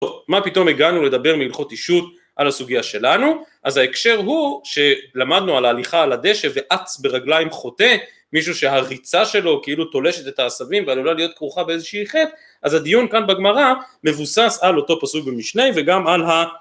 מה פתאום הגענו לדבר מהלכות אישות על הסוגיה שלנו, אז ההקשר הוא שלמדנו על ההליכה על הדשא ואץ ברגליים חוטא, מישהו שהריצה שלו כאילו תולשת את העשבים ועלולה להיות כרוכה באיזושהי חטא, אז הדיון כאן בגמרא מבוסס על אותו פסוק במשלי וגם על ה...